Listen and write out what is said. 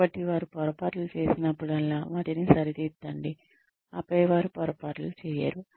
కాబట్టి వారు పొరపాట్లు చేసినప్పుడల్లా వాటిని సరిదిద్దండి ఆపై వారు పొరపాట్లు చేయరు